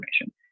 information